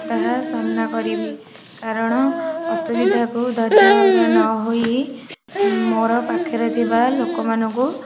ତାହା ସାମ୍ନା କରିବି କାରଣ ଅସୁବିଧାକୁ ଧୈର୍ଯ୍ୟହରା ନ ହୋଇ ମୋ'ର ପାଖରେ ଥିବା ଲୋକମାନଙ୍କୁ